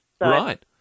Right